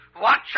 Watch